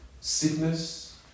Sickness